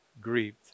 grieved